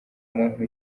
muntu